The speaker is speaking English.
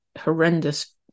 horrendous